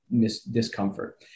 discomfort